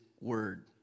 word